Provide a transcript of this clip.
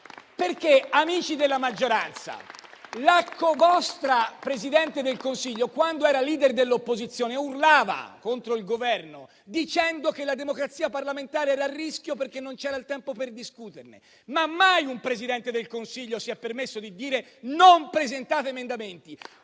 Amici della maggioranza, il vostro Presidente del Consiglio, quando era *leader* dell'opposizione, urlava contro il Governo, dicendo che la democrazia parlamentare era a rischio perché non c'era il tempo per discutere. Mai, però, un Presidente del Consiglio si era permesso di dire: non presentate emendamenti.